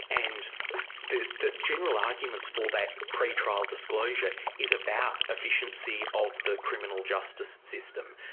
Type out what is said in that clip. and the the general arguments for that pre-trial disclosure, is about efficiency of the criminal justice system.